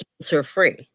cancer-free